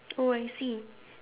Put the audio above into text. oh I see